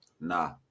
Nah